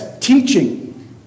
teaching